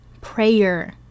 prayer